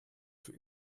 für